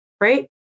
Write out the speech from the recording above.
Right